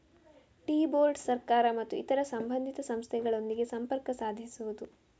tea board ಸರ್ಕಾರ ಮತ್ತು ಇತರ ಸಂಬಂಧಿತ ಸಂಸ್ಥೆಗಳೊಂದಿಗೆ ಸಂಪರ್ಕ ಸಾಧಿಸುವುದು